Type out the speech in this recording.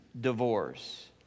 divorce